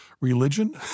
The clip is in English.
religion